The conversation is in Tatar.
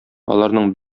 аларның